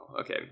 Okay